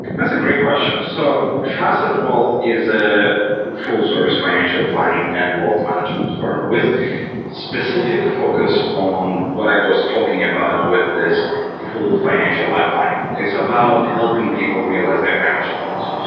that's a great question. so facet wealth is a full service financial planning and wealth management firm with specific focus on what i was talking about with this full financial life planning. it's about helping people realize their financial goals.